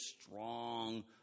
strong